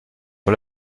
sur